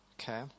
Okay